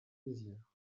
mézières